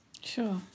Sure